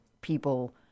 people—